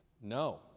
No